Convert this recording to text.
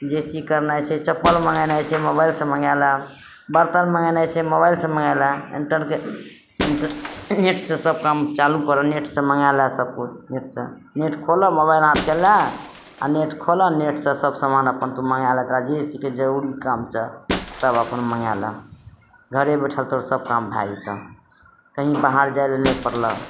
जे चीज करनाइ छै चप्पल मङ्गेनाइ छै मोबाइल से मङ्गाए लऽ बर्तन मङ्गेनाइ छै मोबाइल से मङ्गाए लऽ इन्टरके इन्टरनेटसँ सब काम चालू करऽ नेटसँ मङ्गाए लए सब किछु नेटसँ नेट खोलऽ मोबाइल हाथके लऽ आ नेट खोलऽ नेटसँ सब समान अपन तू मङ्गाए लऽ तोरा जे चीजके जरूरी काम छऽ सब अपन मङ्गाए लऽ घरे बैठल तोहर सब काम भए जेतो कहीँ बाहर जाइ लए नहि पड़लो